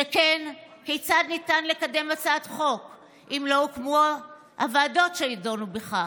שכן כיצד ניתן לקדם הצעת חוק אם לא הוקמו הוועדות שידונו בכך?